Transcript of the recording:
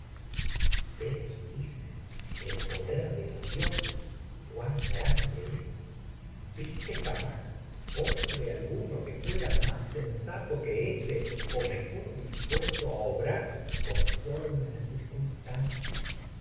ulises el poder de jamás o los dioses cuán fuera más a grande es viste sensato hombi e alguno a que que éste mejor dispuesto obrar conforme las circunstancias